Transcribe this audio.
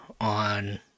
on